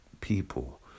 people